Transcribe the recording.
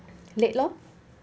late lor